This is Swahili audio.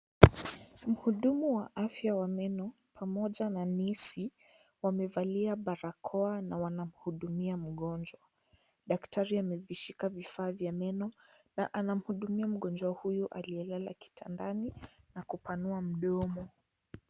Mhudumu wa afya wa meno pamoja na nesi wamevalia barakoa na wanahudumia mgonjwa . Daktari amekishika vifaa vya meno na anamhudumia mgonjwa huyu aliyelala kitandani na kupanua mdomo.